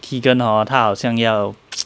keegan hor 他好像要